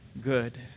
good